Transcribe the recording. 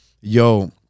yo